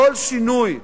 כל שינוי,